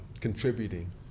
contributing